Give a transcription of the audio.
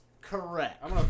correct